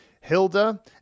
Hilda